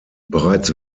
bereits